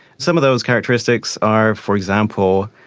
some of those characteristics are, for example,